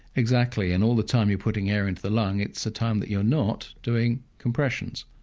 exactly. and all the time you're putting air into the lung, it's a time that you're not doing compressions.